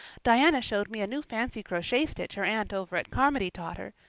diana showed me a new fancy crochet stitch her aunt over at carmody taught her.